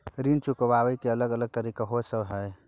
ऋण चुकाबय के अलग अलग तरीका की सब हय?